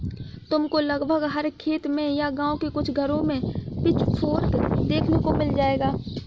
तुमको लगभग हर खेत में या गाँव के कुछ घरों में पिचफोर्क देखने को मिल जाएगा